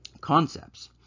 concepts